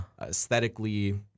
Aesthetically